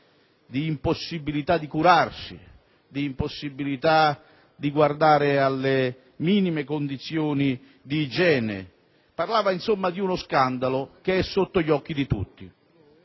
di impossibilità di curarsi, di impossibilità di guardare alle minime condizioni di igiene, parlava, insomma, di uno scandalo che è sotto gli occhi di tutti.